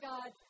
God